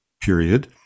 period